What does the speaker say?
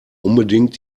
unbedingt